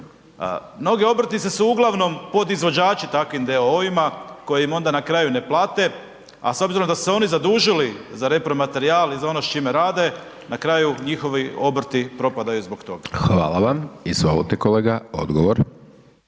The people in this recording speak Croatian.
Mnogi obrtnici su uglavnom podizvođači takvim d.o.o.-ima koji im onda na kraju ne plate a s obzirom da su se oni zadužili za repromaterijal i za ono s čime rade, na kraju njihovi obrti propadaju zbog toga. **Hajdaš Dončić, Siniša